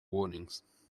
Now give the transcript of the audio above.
warnings